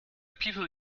people